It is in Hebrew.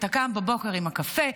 אתה קם בבוקר עם הקפה,